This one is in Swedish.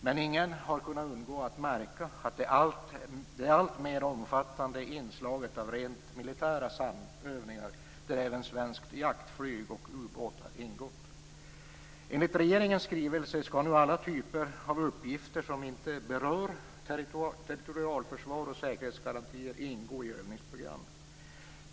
Men ingen har kunnat undgå att märka det alltmer omfattande inslaget av rent militära samövningar där även svenskt jaktflyg och ubåtar ingått. Enligt regeringens skrivelse skall nu alla typer av uppgifter som inte berör territorialförsvar och säkerhetsgarantier ingå i övningsprogrammen.